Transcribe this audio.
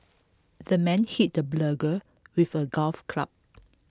the men hit the burglar with A golf club